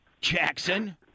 Jackson